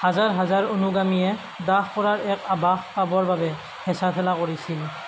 হাজাৰ হাজাৰ অনুগামীয়ে দাহ কৰাৰ এক আভাস পাবৰ বাবে হেঁচা ঠেলা কৰিছিল